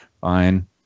Fine